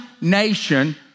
nation